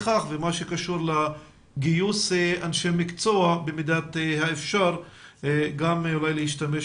ובמה שקשור לגיוס אנשי מקצוע במידת האפשר גם אולי להשתמש